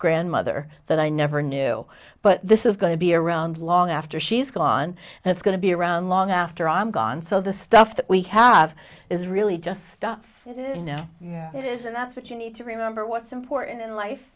grandmother that i never knew but this is going to be around long after she's gone and it's going to be around long after i'm gone so the stuff that we have is really just stuff it is no yeah it is and that's what you need to remember what's important in life